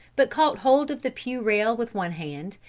but caught hold of the pew rail with one hand,